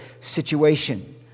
situation